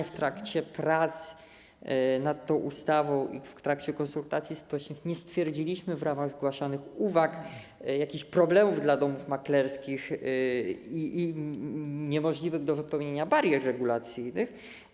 W trakcie prac nad tą ustawą i w trakcie konsultacji społecznych nie stwierdziliśmy w ramach zgłaszanych uwag jakichś problemów dla domów maklerskich i niemożliwych do wypełnienia barier regulacyjnych.